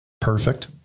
Perfect